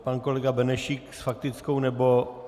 Pan kolega Benešík s faktickou, nebo...?